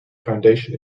foundation